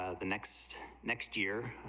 ah the next next year,